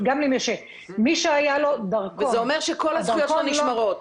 וזה אומר שכל הזכויות שלו נשמרות.